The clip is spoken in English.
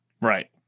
Right